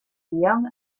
young